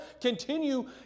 continue